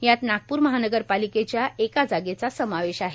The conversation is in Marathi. यात नागपूर महानगरपालिकेच्या एका जागेचा समावेश आहे